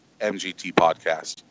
mgtpodcast